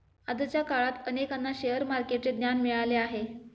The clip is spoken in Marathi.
आजच्या काळात अनेकांना शेअर मार्केटचे ज्ञान मिळाले आहे